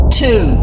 two